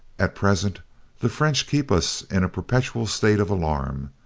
at present the french keep us in a perpetual state of alarm.